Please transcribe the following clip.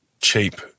cheap